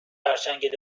خرچنگ